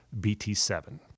BT7